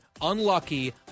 unlucky